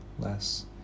less